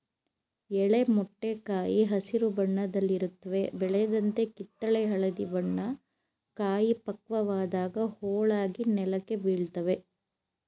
ಎಳೆ ಮೊಟ್ಟೆ ಕಾಯಿ ಹಸಿರು ಬಣ್ಣದಲ್ಲಿರುತ್ವೆ ಬೆಳೆದಂತೆ ಕಿತ್ತಳೆ ಹಳದಿ ಬಣ್ಣ ಕಾಯಿ ಪಕ್ವವಾದಾಗ ಹೋಳಾಗಿ ನೆಲಕ್ಕೆ ಬೀಳ್ತವೆ